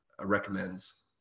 recommends